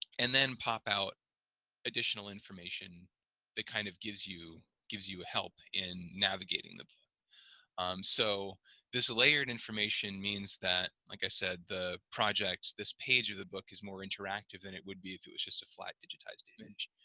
and then pop out additional information that kind of gives you gives you help in navigating the book so this layered information means that like i said the project, this page of the book, is more interactive than it would be if it was just a flat digitized image.